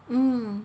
mm